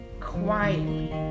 quietly